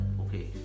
okay